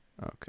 Okay